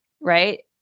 right